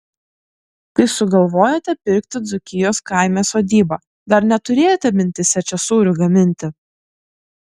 kai sugalvojote pirkti dzūkijos kaime sodybą dar neturėjote mintyse čia sūrių gaminti